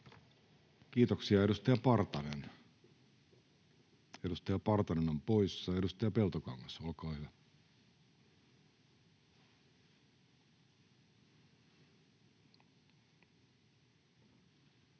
Kiitoksia. — Edustaja Partanen on poissa. — Edustaja Peltokangas, olkaa hyvä.